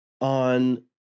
on